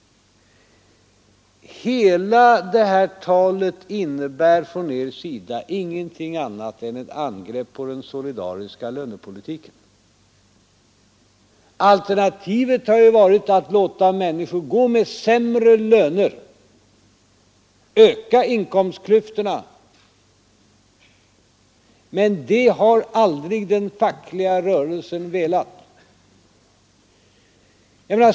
Hela detta tal från er sida innebär ingenting annat än ett angrepp på den solidariska lönepolitiken. Alternativet har varit att låta människor gå med sämre löner och öka inkomstklyftorna. Men det har aldrig den fackliga rörelsen velat.